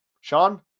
Sean